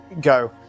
go